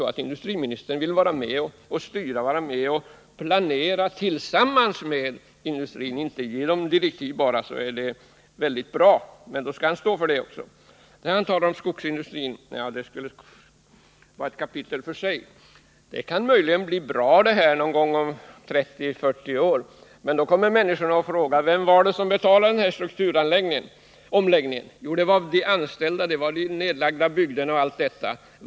Vill industriministern vara med och planera tillsammans med industrin och inte bara ge direktiv, så är det bra. Men då skall han också stå för vad han gör. Industriministern talade om skogsindustrin som ett kapitel för sig och sade att det nog kommer att gå bra om 30-40 år. Men människorna kommer att fråga vem som betalade den här strukturomläggningen. Svaret blir att det fick de anställda göra med ödelagda bygder och annat som följd.